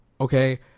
Okay